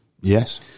Yes